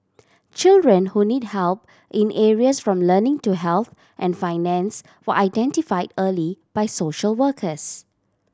children who need help in areas from learning to health and finance were identified early by social workers